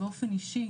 באופן אישי,